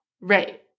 Right